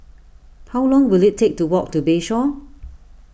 how long will it take to walk to Bayshore